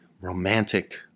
romantic